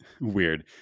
weird